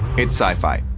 it's sci-fi.